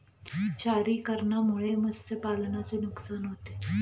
क्षारीकरणामुळे मत्स्यपालनाचे नुकसान होते